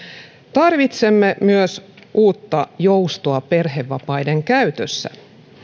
tarvitsemme myös uutta joustoa perhevapaiden käytössä